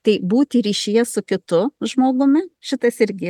tai būti ryšyje su kitu žmogumi šitas irgi